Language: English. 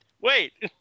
Wait